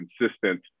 consistent